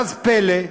ואז פלא,